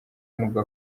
nubwo